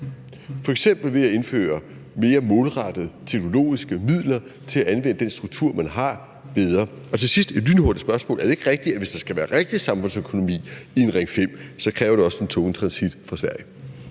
er f.eks. ved at indføre mere målrettet teknologi til at anvende den struktur, man har, bedre. Til sidst et lynhurtigt spørgsmål: Er det ikke rigtigt, at hvis der skal være rigtig samfundsøkonomi i en Ring 5, kræver det også den tunge transittrafik fra Sverige?